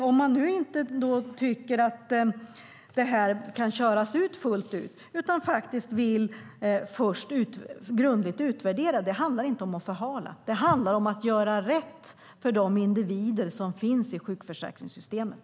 Om man inte tycker att detta kan användas fullt ut utan först vill utvärdera grundligt handlar det inte om att förhala, utan det handlar om att göra rätt för de individer som finns i sjukförsäkringssystemet.